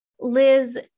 Liz